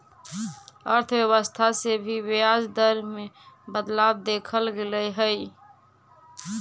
अर्थव्यवस्था से भी ब्याज दर में बदलाव देखल गेले हइ